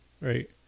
right